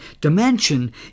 dimension